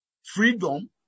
Freedom